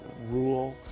rule